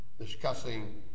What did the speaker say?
discussing